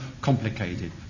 complicated